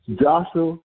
Joshua